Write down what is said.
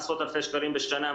עשרות אלפי שקלים בשנה,